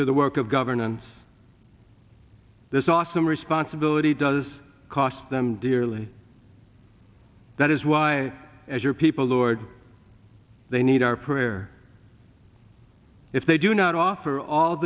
to the work of governance this awesome responsibility does cost them dearly that is why as your people lord they need our prayer if they do not offer all